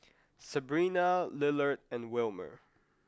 Sebrina Lillard and Wilmer